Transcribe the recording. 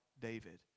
David